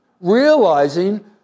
realizing